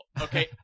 okay